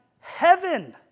heaven